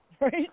Right